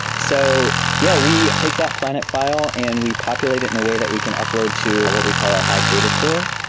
so yeah we take that planet file and we populate it in a way that we can upload to what we call our hive data store.